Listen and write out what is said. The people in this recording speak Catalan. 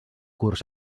curs